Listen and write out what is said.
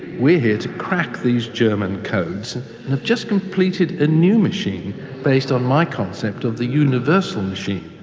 we're here to crack these german codes and have just completed a new machine based on my concept of the universal machine.